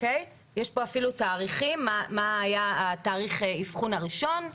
יש פה אפילו תאריכים מה היה תאריך האבחון הראשון.